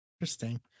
interesting